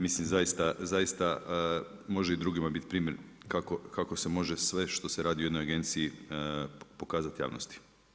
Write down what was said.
Mislim zaista može i drugima biti primjer kako se može sve što se radi u jednoj agenciji pokazati javnosti.